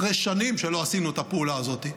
אחרי שנים שלא עשינו את הפעולה הזאת,